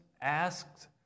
asked